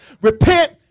Repent